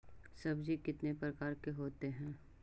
सब्जी कितने प्रकार के होते है?